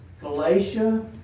Galatia